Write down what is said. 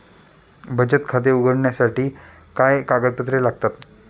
बचत खाते उघडण्यासाठी काय कागदपत्रे लागतात?